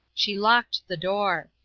she locked the door.